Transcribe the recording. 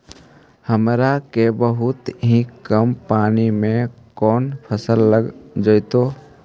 हमरा के बताहु कि कम पानी में कौन फसल लग जैतइ?